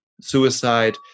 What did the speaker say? suicide